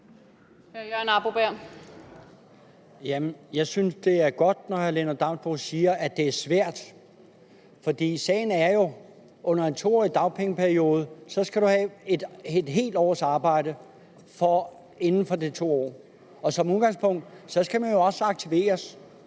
Jeg synes, det er godt, at hr. Lennart Damsbo-Andersen siger, det er svært. For sagen er jo, at under en 2-årig dagpengeperiode skal man have et helt års arbejde, altså inden for de 2 år, og som udgangspunkt skal man også aktiveres.